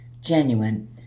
genuine